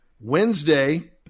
Wednesday